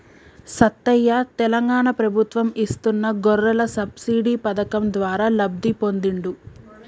సత్తయ్య తెలంగాణ ప్రభుత్వం ఇస్తున్న గొర్రెల సబ్సిడీ పథకం ద్వారా లబ్ధి పొందిండు